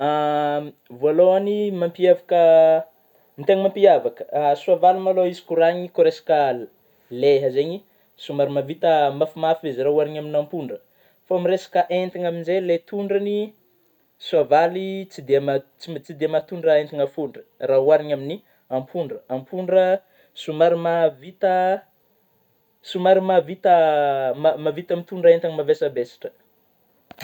Vôalohany mampiavaka, tegna mampiavaka soavaly malô izy kôragna koa resaky leha zegny, somary mahavita mafimafy izy raha ôharina amin'gna apondra, fa amin'gny resaka entana amzay ilay tondrany soavaly tsy dia maha, tsy de mahatôndra entana fôndra raha ôharina amin'ny apondra, apondra somary mahavita, somary mahavita mahavita mitôndra entagna mavesabesatra